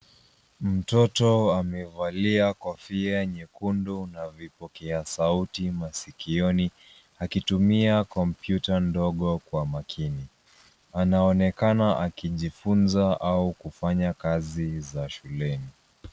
Mtoto amevalia kofia nyekundu na vipokea sauti masikioni, akitumia kompyuta ndogo kwa makini. Anaonekana akijifunza au kufanya kazi za shuleni.